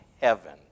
heaven